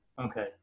Okay